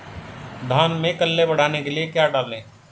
धान में कल्ले बढ़ाने के लिए क्या डालें?